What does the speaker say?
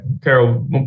Carol